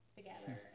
together